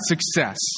success